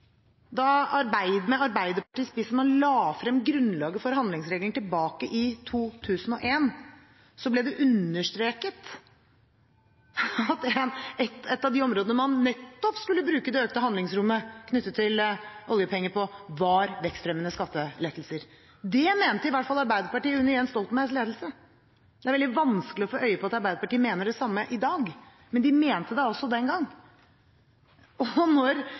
Da man med Arbeiderpartiet i spissen la frem grunnlaget for handlingsregelen i 2001, ble det understreket at et av de områdene man nettopp skulle bruke det økte handlingsrommet knyttet til oljepenger på, var vekstfremmende skattelettelser. Det mente i hvert fall Arbeiderpartiet under Jens Stoltenbergs ledelse. Det er veldig vanskelig å få øye på at Arbeiderpartiet mener det samme i dag, men de mente det altså den gang. Når